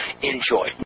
Enjoy